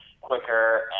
quicker